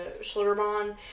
Schlitterbahn